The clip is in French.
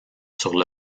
sur